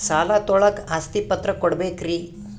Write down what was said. ಸಾಲ ತೋಳಕ್ಕೆ ಆಸ್ತಿ ಪತ್ರ ಕೊಡಬೇಕರಿ?